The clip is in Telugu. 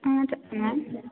చెప్పండి మ్యామ్